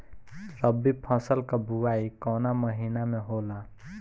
रबी फसल क बुवाई कवना महीना में होला?